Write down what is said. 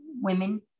women